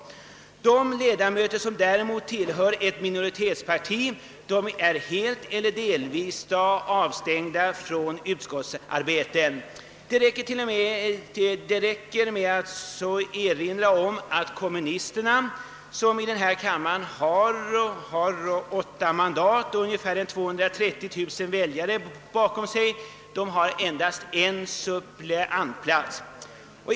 Sådana ledamöter däremot som tillhör ett minoritetsparti är helt eller delvis avstängda från utskottsarbetet. Jag vill här bara erinra om att kommunisterna, som i denna kammare har åtta mandat och ungefär 230 000 väljare bakom sig, endast har en suppleantplats.